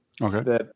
Okay